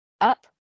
up